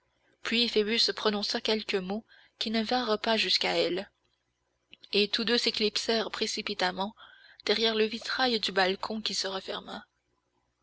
puis phoebus prononça quelques mots qui ne vinrent pas jusqu'à elle et tous deux s'éclipsèrent précipitamment derrière le vitrail du balcon qui se referma